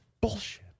bullshit